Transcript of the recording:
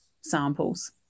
samples